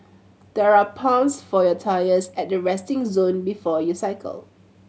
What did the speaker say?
there are pumps for your tyres at the resting zone before you cycle